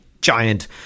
giant